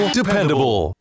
dependable